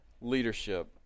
leadership